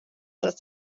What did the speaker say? dass